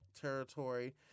territory